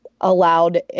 allowed